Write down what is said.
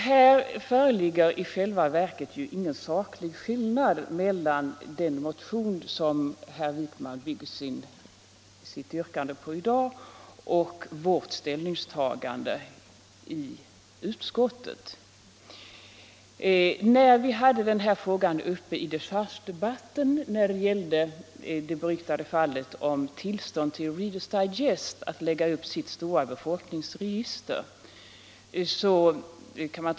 Här föreligger i själva verket ingen saklig skillnad mellan den motion som herr Wijkman bygger sitt yrkande på i dag och vårt ställningstagande i utskottet. När vi hade denna fråga uppe i dechargedebatten diskuterade vi det beryktade tillståndet tll Readers Digest au lägga upp sitt stora befolkningsregister.